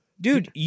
Dude